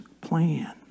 plan